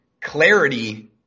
clarity